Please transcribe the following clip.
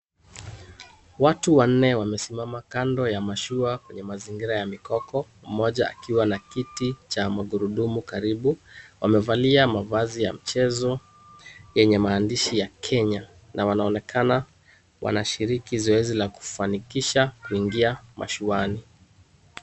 Watu wanne wamesimama kando ya mashua kwenye mazingira ya mikoko, mmoja akiwa na kiti cha magurudumu karibu, wamevalia mavazi ya mchezo yenye maandishi ya Kenya, na wanaonekana wanashiriki zoezi la kufanikisha kuingia mashuani.